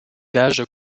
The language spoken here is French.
villages